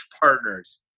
Partners